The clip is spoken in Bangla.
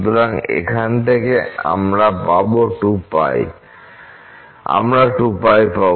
সুতরাং এখান থেকে আমরা 2 π পাব